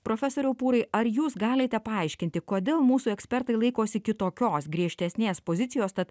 profesoriau pūrai ar jūs galite paaiškinti kodėl mūsų ekspertai laikosi kitokios griežtesnės pozicijos tad